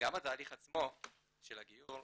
גם התהליך עצמו של הגיור,